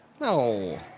No